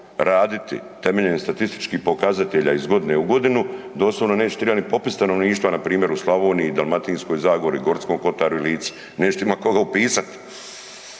raditi temeljem statističkih pokazatelja iz godina u godinu, doslovno neće trebati ni popis stanovništva npr. u Slavoniji, Dalmatinskoj zagori, Gorskom kotaru i Lici. Nećete imati koga upisati